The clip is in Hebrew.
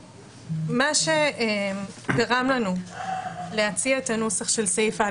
מה שגרם לנו להציע את הנוסח של סעיף קטן